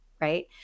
right